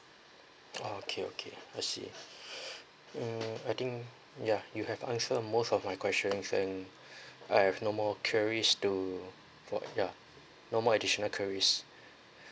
orh okay okay I see hmm I think ya you have answered most of my questions then I have no more queries to ya no more additional queries